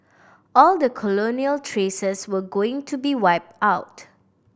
all the colonial traces were going to be wiped out